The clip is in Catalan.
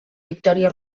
victòria